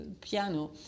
piano